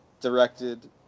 directed